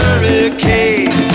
hurricane